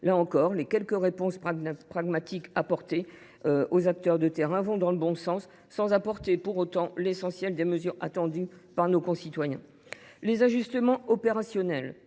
Là encore, les quelques réponses pragmatiques apportées aux acteurs de terrain vont dans le bon sens, sans instaurer l’essentiel des mesures attendues par nos concitoyens. Les ajustements opérationnels,